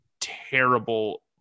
terrible